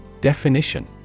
Definition